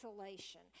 isolation